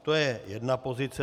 To je jedna pozice.